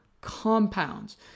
compounds